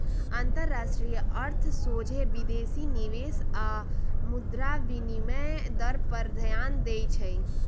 अंतरराष्ट्रीय अर्थ सोझे विदेशी निवेश आऽ मुद्रा विनिमय दर पर ध्यान देइ छै